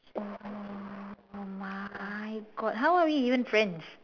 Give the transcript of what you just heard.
oh my god how are we even friends